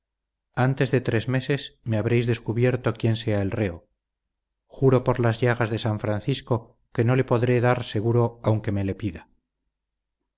antes de tres meses me habréis descubierto quién sea el reo juro por las llagas de san francisco que no le podré dar seguro aunque me le pida